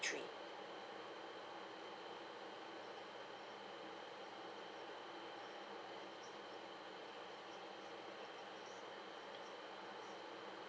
three